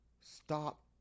stop